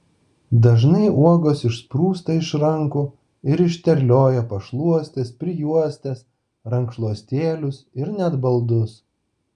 dažnai uogos išsprūsta iš rankų ir išterlioja pašluostes prijuostes rankšluostėlius ir net baldus